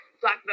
black